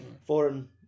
foreign